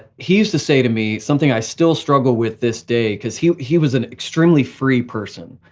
he used to say to me something i still struggle with this day, cause he he was an extremely free person.